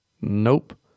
Nope